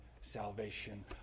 salvation